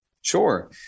Sure